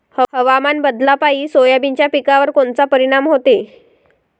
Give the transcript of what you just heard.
हवामान बदलापायी सोयाबीनच्या पिकावर कोनचा परिणाम होते?